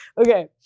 Okay